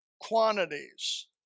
quantities